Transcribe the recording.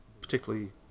particularly